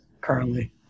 currently